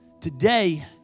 today